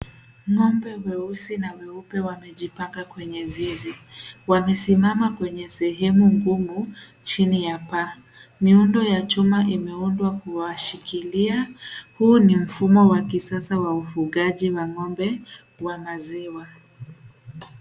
Ng'ombe mweusi na mweupe wamejipanga kwenye zizi. Wamesimama kwenye sehemu ngumu chini ya paa. Miundo ya chuma imeundwa kuwashikilia. Huu ni mfumo wa kisasa wa ufugaji wa ng'ombe wa maziwa.